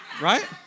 Right